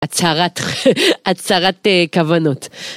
הצהרת, הצהרת כוונות.